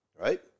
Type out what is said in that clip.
right